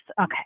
Okay